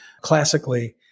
classically